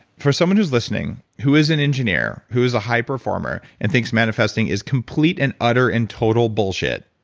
for someone who's listening who is an engineer, who is a high performer, and thinks manifesting is complete and utter and total bullshit,